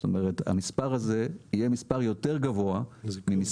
זאת אומרת המספר הזה יהיה מספר יותר גבוה ממספר